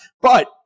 But-